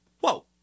Whoa